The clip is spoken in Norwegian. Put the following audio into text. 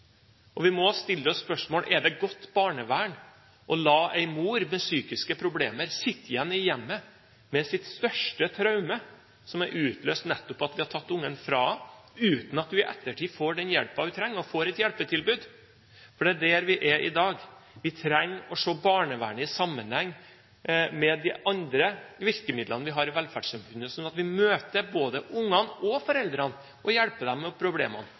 Vi må stille oss spørsmålet: Er det godt barnevern å la en mor med psykiske problemer sitte igjen i hjemmet med sitt største traume som er utløst nettopp ved at vi har tatt ungen fra henne, uten at hun i ettertid får den hjelpen hun trenger, får et hjelpetilbud? Det er der vi er i dag. Vi trenger å se barnevernet i sammenheng med de andre virkemidlene vi har i velferdssamfunnet, slik at vi møter både ungene og foreldrene og hjelper dem med problemene.